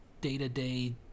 day-to-day